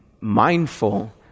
mindful